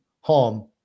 harm